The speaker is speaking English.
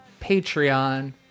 Patreon